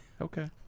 Okay